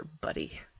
buddy